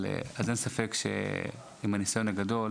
אין ספק שעם הניסיון הגדול